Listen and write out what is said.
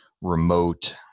remote